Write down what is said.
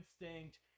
instinct